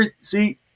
See